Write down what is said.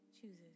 chooses